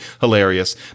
hilarious